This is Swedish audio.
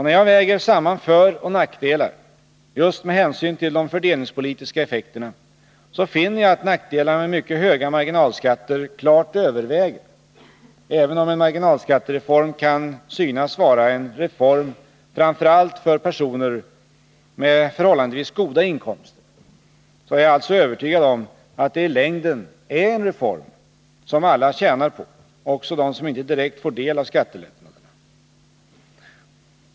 När jag väger samman föroch nackdelar, just med hänsyn till de fördelningspolitiska effekterna, finner jag att nackdelarna med mycket höga marginalskatter klart överväger. Även om en marginalskattereform kan synas vara en reform framför allt för personer med förhållandevis goda inkomster, är jag alltså övertygad om att det i längden är en reform som alla tjänar på, också de som inte direkt får del av skattelättnaderna.